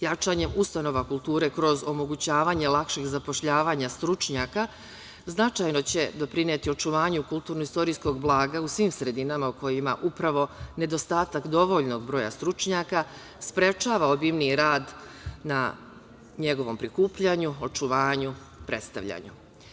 Jačanjem ustanova kulture kroz omogućavanje lakšeg zapošljavanja stručnjaka značajno će doprineti očuvanju kulturno-istorijskog blaga u svim sredinama u kojima upravo nedostatak dovoljnog broja stručnjaka sprečava obimniji rad na njegovom prikupljanju, očuvanju, predstavljanju.